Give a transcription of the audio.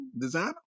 designer